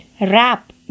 Wrap